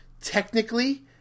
technically